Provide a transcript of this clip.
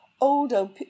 older